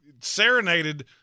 serenaded